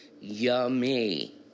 Yummy